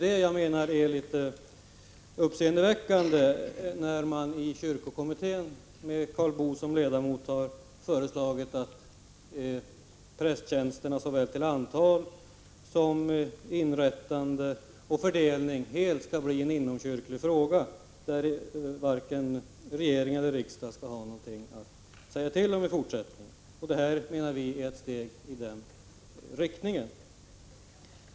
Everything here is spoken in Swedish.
Det är litet uppseendeväckande, när kyrkokommittén med Karl Boo som ledamot har föreslagit att prästtjänsterna till såväl antal som inrättande och fördelning helt skall bli en inomkyrklig fråga, där varken regering eller riksdag skall ha någonting att säga till om i fortsättningen. Vi menar att vårt förslag är ett steg i den riktningen.